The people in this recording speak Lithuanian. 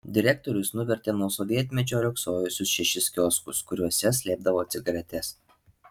direktorius nuvertė nuo sovietmečio riogsojusius šešis kioskus kuriuose slėpdavo cigaretes